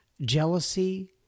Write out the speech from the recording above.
jealousy